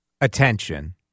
attention